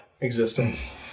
existence